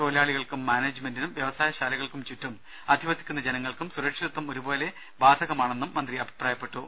തൊഴിലാളികൾക്കും മാനേജ്മെന്റിനും വ്യവസായശാലകൾക്കു ചുറ്റും അധിവസിക്കുന്ന ജനങ്ങൾക്കും സുരക്ഷിതത്വം ഒരേപോലെ ബാധകമാണെന്നും മന്ത്രി അഭിപ്രായപ്പെട്ടു